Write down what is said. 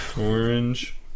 Orange